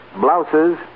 blouses